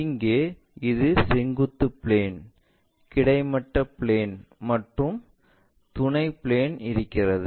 இங்கே இது செங்குத்து பிளேன் கிடைமட்ட பிளேன் மற்றும் எங்கள் துணை பிளேன் இருக்கிறது